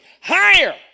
Higher